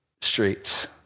streets